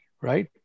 right